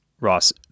Ross